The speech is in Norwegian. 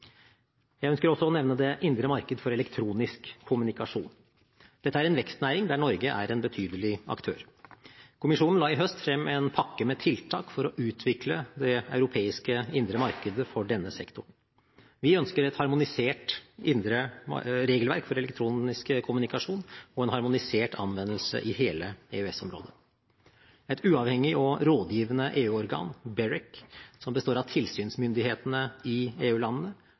Jeg ønsker også å nevne det indre marked for elektronisk kommunikasjon. Dette er en vekstnæring der Norge er en betydelig aktør. Kommisjonen la i høst frem en pakke med tiltak for å utvikle det europeiske indre markedet for denne sektoren. Vi ønsker et harmonisert regelverk for elektronisk kommunikasjon og en harmonisert anvendelse i hele EØS-området. Et uavhengig og rådgivende EU-organ, BEREC, som består av tilsynsmyndighetene i